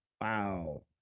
Wow